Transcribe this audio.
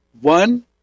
one